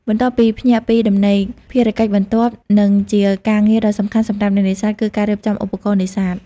បន្ទាប់ពីភ្ញាក់ពីដំណេក ភារកិច្ចបន្ទាប់ និងជាការងារដ៏សំខាន់សម្រាប់អ្នកនេសាទ គឺការរៀបចំឧបករណ៍នេសាទ។